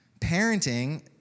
Parenting